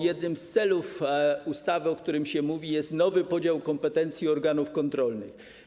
Jednym z celów ustawy, o których się mówi, jest nowy podział kompetencji organów kontrolnych.